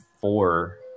four